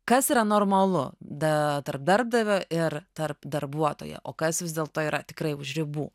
kas yra normalu da tarp darbdavio ir tarp darbuotojo o kas vis dėlto yra tikrai už ribų